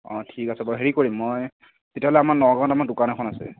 অঁ ঠিক আছে বাৰু হেৰি কৰিম মই তেতিয়াহ'লে আমাৰ নগাঁৱত আমাৰ দোকান এখন আছে